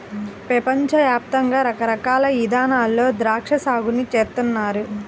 పెపంచ యాప్తంగా రకరకాల ఇదానాల్లో ద్రాక్షా సాగుని చేస్తున్నారు